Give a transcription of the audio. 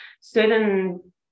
certain